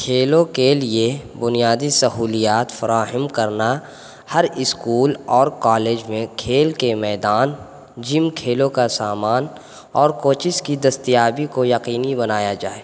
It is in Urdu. کھیلوں کے لیے بنیادی سہولیات فراہم کرنا ہر اسکول اور کالج میں کھیل کے میدان جم کھیلوں کا سامان اور کوچز کی دستیابی کو یقینی بنایا جائے